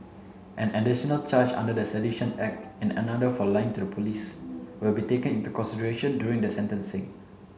an additional charge under the Sedition Act and another for lying to the police will be taken into consideration during the sentencing